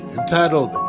entitled